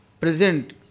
present